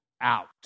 out